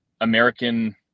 American